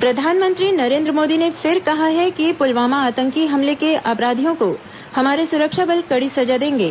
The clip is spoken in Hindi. पुलवामा हमला प्रधानमंत्री नरेन्द्र मोदी ने फिर कहा है कि पुलवामा आतंकी हमले के अपराधियों को हमारे सुरक्षा बल कड़ी सजा देंगे